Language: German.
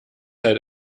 halt